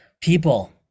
people